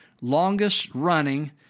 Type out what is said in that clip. longest-running